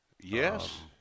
Yes